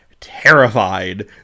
terrified